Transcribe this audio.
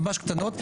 ממש קטנות,